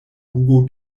hugo